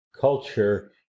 culture